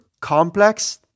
complex